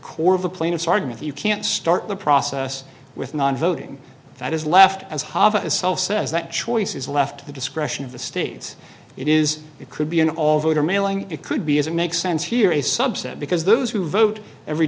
core of the plane of sargon if you can't start the process with non voting that is left as hard as self says that choice is left to the discretion of the states it is it could be an all voter mailing it could be as it makes sense here a subset because those who vote every